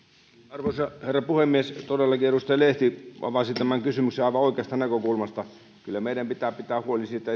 arvoisa herra puhemies todellakin edustaja lehti avasi tämän kysymyksen aivan oikeasta näkökulmasta kyllä meidän pitää esimerkiksi yritysvarallisuuden perintötilanteessa pitää huoli siitä